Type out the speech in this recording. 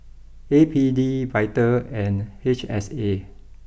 A P D Vital and H S A